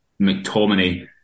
McTominay